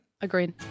Agreed